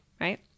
right